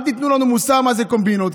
אל תיתנו לנו מוסר מהן קומבינות,